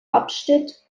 abschnitt